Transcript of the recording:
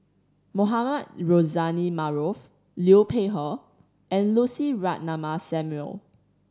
Mohamed Rozani Maarof Liu Peihe and Lucy Ratnammah Samuel